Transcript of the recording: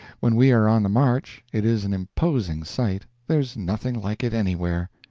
when we are on the march, it is an imposing sight there's nothing like it anywhere.